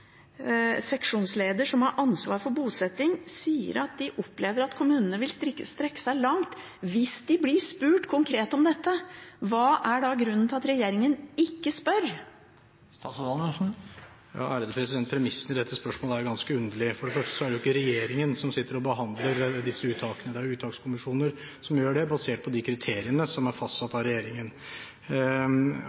seksjonsleder, som har ansvar for bosetting, sier at de opplever at kommunene vil strekke seg langt hvis de blir spurt konkret om dette. Hva er da grunnen til at regjeringen ikke spør? Premissene i dette spørsmålet er ganske underlige. For det første er det ikke regjeringen som sitter og behandler disse uttakene, det er uttakskommisjoner som gjør det, basert på de kriteriene som er fastsatt av regjeringen.